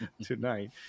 tonight